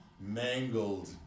mangled